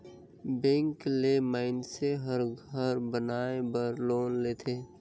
bank ले मइनसे हर घर बनाए बर लोन लेथे